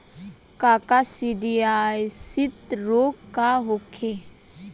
काकसिडियासित रोग का होखे?